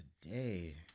today